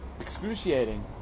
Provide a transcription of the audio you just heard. excruciating